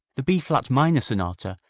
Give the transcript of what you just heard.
the b flat minor sonata,